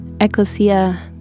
Ecclesia